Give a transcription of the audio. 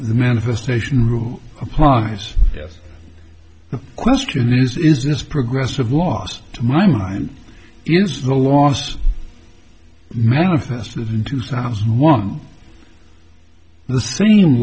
the manifestation rule applies yes the question is is this progressive loss to my mind is the loss manifested in two thousand and one the same